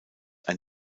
ein